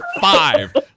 five